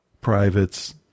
privates